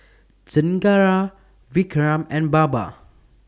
Chengara Vikram and Baba